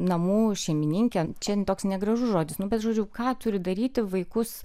namų šeimininkė čia toks negražus žodis nu bet žodžiu ką turi daryti vaikus